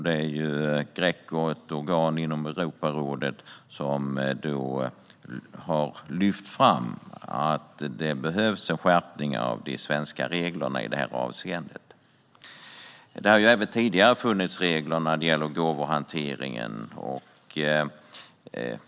Det är Greco, ett organ inom Europarådet, som har lyft fram att det behövs en skärpning av de svenska reglerna i detta avseende. Det har även tidigare funnits regler för gåvohanteringen.